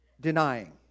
denying